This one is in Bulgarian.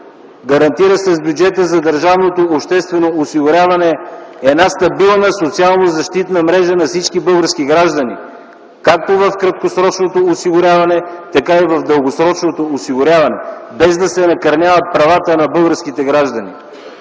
гарантира с бюджета на държавното обществено осигуряване една стабилна социално защитна мрежа на всички български граждани както в краткосрочното осигуряване, така и в дългосрочното, без да се накърняват правата на българските граждани!